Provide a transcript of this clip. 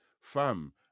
Fam